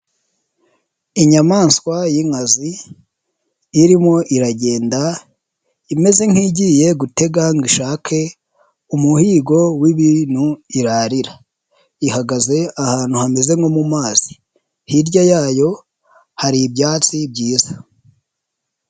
Inyamaswa y'inkazi irimo iragenda imeze nk'igiye gutega ngo ishake umuhigo w'ibintu irarira, ihagaze ahantu hameze nko mu mazi, hirya yayo hari ibyatsi byiza.